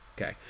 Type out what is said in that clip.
Okay